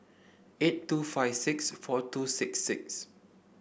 eight two five six four two six six